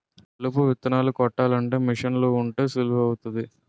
కలుపు విత్తనాలు కొట్టాలంటే మీసన్లు ఉంటే సులువు అవుతాది